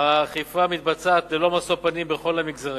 האכיפה מתבצעת ללא משוא פנים בכל המגזרים,